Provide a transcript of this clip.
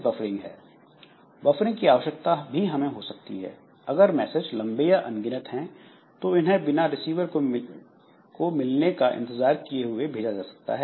buffering की आवश्यकता भी हमें हो सकती है अगर मैसेज लंबे या अनगिनत हैं तो इन्हें बिना रिसीवर को मिलने का इंतज़ार किये हुए भेजा जा सकता है